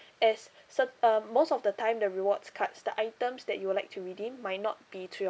as cert~ uh most of the time the rewards cards the items that you would like to redeem might not be to your